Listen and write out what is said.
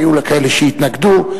היו כאלה שהתנגדו,